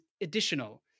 additional